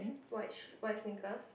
white sh~ white sneakers